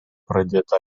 pradėta